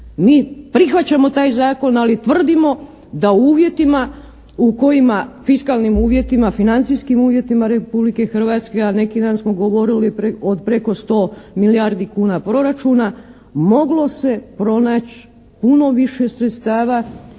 Mi prihvaćamo taj Zakon, ali tvrdimo da uvjetima u kojima, fiskalnim uvjetima, financijskim uvjetima Republike Hrvatske, a neki dan smo govorili od preko 100 milijardi kuna proračuna moglo se pronaći puno više sredstava